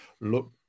look